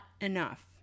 enough